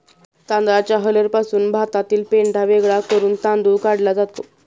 तांदळाच्या हलरपासून भातातील पेंढा वेगळा करून तांदूळ काढला जातो